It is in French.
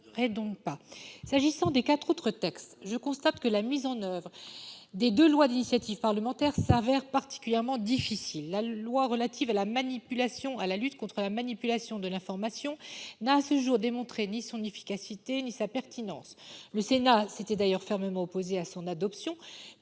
pas. Sur les quatre autres textes, je constate que la mise en oeuvre des deux lois d'initiative parlementaire se révèle particulièrement difficile. La loi du 22 décembre 2018 relative à la lutte contre la manipulation de l'information n'a à ce jour démontré ni son efficacité ni sa pertinence. Le Sénat s'était d'ailleurs fermement opposé à son adoption,